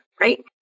right